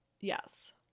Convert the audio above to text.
yes